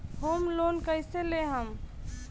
Home loan कैसे लेहम?